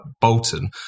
Bolton